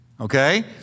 okay